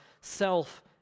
self